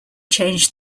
changed